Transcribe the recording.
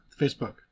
Facebook